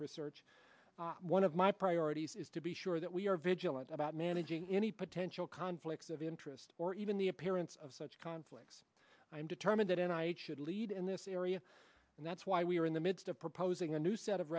research one of my priorities is to be sure that we are vigilant about managing any potential conflicts of interest or even the appearance of such conflicts i'm determined and i should lead in this area and that's why we are in the midst of proposing a new set of